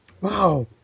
Wow